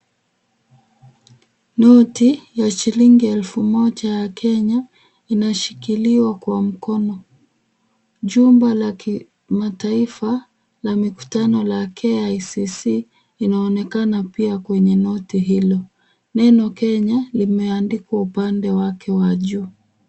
Noti ya shilingi elfu moja ya Kenya inashikiliwa kwa mkono. Jumba la kimataifa la mikutano la KICC linaonekana pia kwenye noti hilo. Neno Kenya imeandikwa upande wake wa juu.